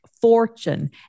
fortune